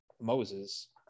Moses